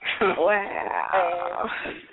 Wow